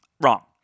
Wrong